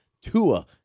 Tua